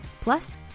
Plus